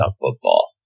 football